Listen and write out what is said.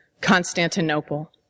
Constantinople